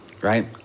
right